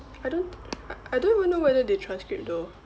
I don't I don't even know whether they transcribe though